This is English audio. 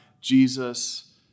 Jesus